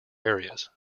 areas